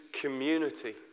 community